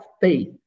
faith